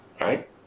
right